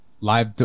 live